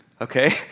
okay